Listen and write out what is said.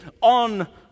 on